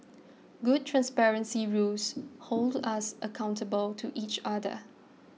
good transparency rules hold us accountable to each other